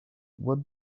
what